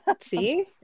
See